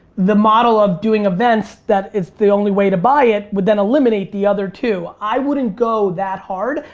the model of doing events that it's the only way to buy it would then eliminate the other two. i wouldn't go that hard.